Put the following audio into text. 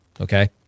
okay